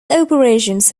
operations